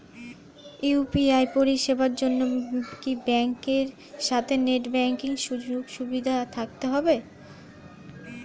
UPI পরিষেবার জন্য কি ব্যাংকের সাথে নেট ব্যাঙ্কিং সুযোগ সুবিধা থাকতে হবে?